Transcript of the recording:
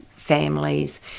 families